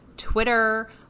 Twitter